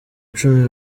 cumi